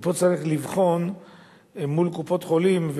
ופה צריך לבחון מול קופות-חולים,